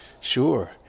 Sure